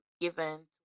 given